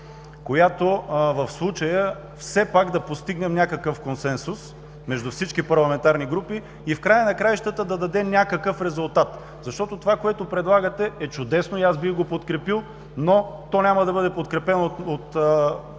на балансьор, все пак да постигнем някакъв консенсус между всички парламентарни групи и в края на краищата да дадем някакъв резултат. Това, което предлагате, е чудесно и бих го подкрепил, но няма да бъде подкрепено от останалата